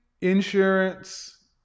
insurance